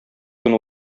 көн